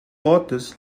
ortes